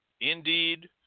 indeed